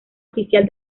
oficial